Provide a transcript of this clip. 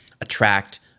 attract